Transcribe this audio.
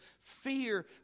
Fear